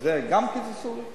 וגם את זה קיצצו לי.